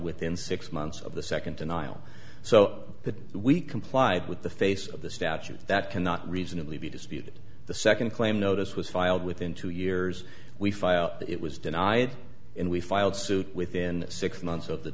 within six months of the second denial so that we complied with the face of the statute that cannot reasonably be disputed the second claim notice was filed within two years we filed it was denied and we filed suit within six months of th